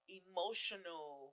emotional